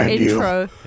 intro